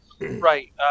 Right